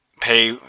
pay